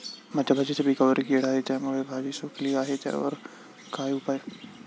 माझ्या भाजीच्या पिकावर कीड आहे त्यामुळे भाजी सुकली आहे यावर काय उपाय?